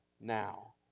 now